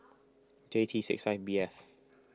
J T six five B F